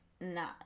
Nah